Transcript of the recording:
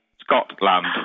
Scotland